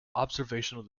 observational